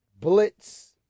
Blitz